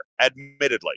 admittedly